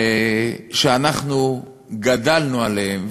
שאנחנו גדלנו עליהם,